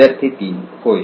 विद्यार्थी 3 होय